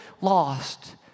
lost